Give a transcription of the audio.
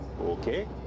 Okay